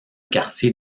quartier